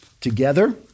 together